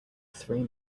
three